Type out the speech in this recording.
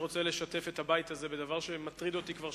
אני רוצה לשתף את הבית הזה בדבר שמטריד אותי כבר